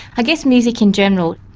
i guess music in general,